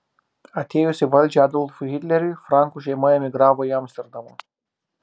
atėjus į valdžią adolfui hitleriui frankų šeima emigravo į amsterdamą